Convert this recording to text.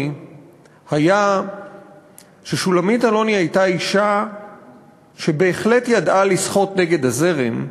היה ששולמית אלוני הייתה אישה שבהחלט ידעה לשחות נגד הזרם,